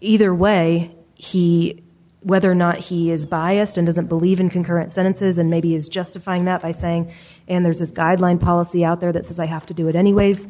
either way he whether or not he is biased and doesn't believe in concurrent sentences and maybe is justifying that by saying and there's a guideline policy out there that says i have to do it anyways